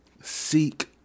seek